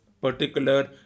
particular